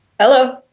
Hello